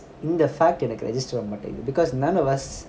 இந்த:intha fact எனக்கு:enakku register ஆகமாட்டுது:aka madudhu because none of us